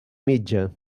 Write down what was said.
mitja